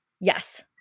Yes